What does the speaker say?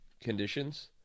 conditions